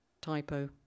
typo